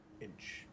Inch